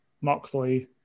Moxley